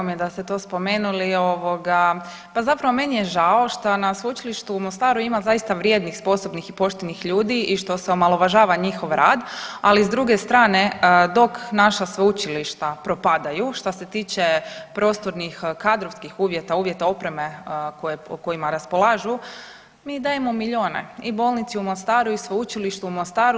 Drago mi je da ste to spomenuli, ovoga, pa zapravo meni je žao što na Sveučilištu u Mostaru ima zaista vrijednih, sposobnih i poštenih ljudi i što se omalovažava njihov rad, ali s druge strane dok naša sveučilišta propadaju šta se tiče prostornih i kadrovskih uvjeta, uvjeta opreme o kojima raspolažu, mi dajemo milijune i bolnici u Mostaru i Sveučilištu u Mostaru.